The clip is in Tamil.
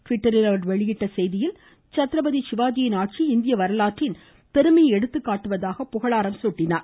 ட்விட்டரில் அவர் வெளியிட்ட செய்தியில் சத்திரபதி சிவாஜியின் ஆட்சி இந்திய வரலாற்றின் பெருமையை எடுத்துக்காட்டுவதாக அவர் புகழாரம் சூட்டினார்